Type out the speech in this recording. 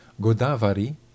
Godavari